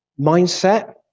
mindset